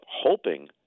hoping